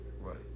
Right